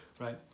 right